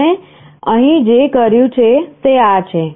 આપણે અહીં જે કર્યું છે તે આ છે